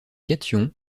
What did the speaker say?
cations